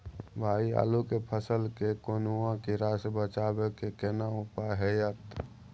भाई आलू के फसल के कौनुआ कीरा से बचाबै के केना उपाय हैयत?